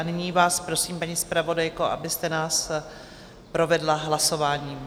Nyní vás prosím, paní zpravodajko, abyste nás provedla hlasováním.